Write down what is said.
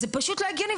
זה פשוט לא הגיוני,